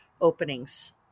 openings